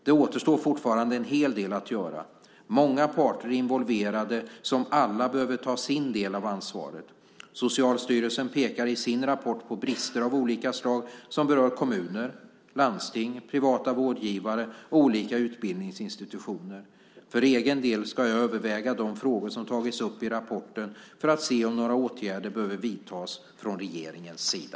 Det återstår fortfarande en hel del att göra. Många parter är involverade som alla behöver ta sin del av ansvaret. Socialstyrelsen pekar i sin rapport på brister av olika slag som berör kommuner, landsting, privata vårdgivare och olika utbildningsinstitutioner. För egen del ska jag överväga de frågor som tagits upp i rapporten för att se om några åtgärder behöver vidtas från regeringens sida.